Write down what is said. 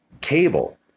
cable